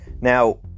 Now